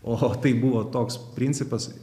o o tai buvo toks principas